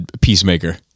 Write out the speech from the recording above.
Peacemaker